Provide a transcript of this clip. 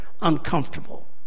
uncomfortable